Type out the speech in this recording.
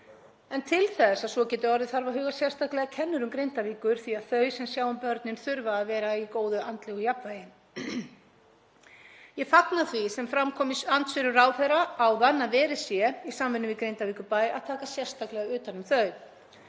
En til þess að svo geti orðið þarf að huga sérstaklega að kennurum Grindavíkur því að þau sem sjá um börnin þurfa að vera í góðu andlegu jafnvægi. Ég fagna því sem fram kom í andsvörum ráðherra áðan um að verið sé, í samvinnu við Grindavíkurbæ, að taka sérstaklega utan um þau.